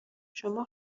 شما